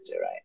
right